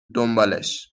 دنبالش